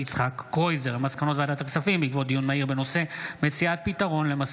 משה סולומון וגלעד קריב בנושא: פיצוי למוסדות